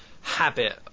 habit